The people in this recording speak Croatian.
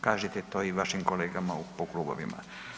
Kažite to i vašim kolegama po klubovima.